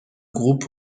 groupe